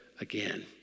again